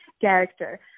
character